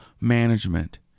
management